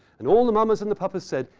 and all the mamas and the papas said,